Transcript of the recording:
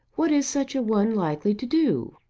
what is such a one likely to do?